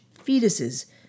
fetuses